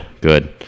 good